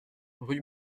rue